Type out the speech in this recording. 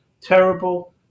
terrible